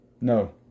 No